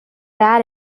bad